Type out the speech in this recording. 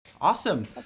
Awesome